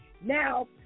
now